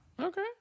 Okay